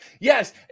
Yes